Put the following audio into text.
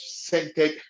scented